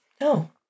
No